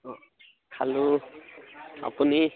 অঁ খালো আপুনি